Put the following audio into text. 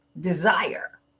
desire